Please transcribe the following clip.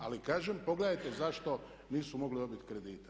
Ali kažem, pogledajte zašto nisu mogli dobiti kredite.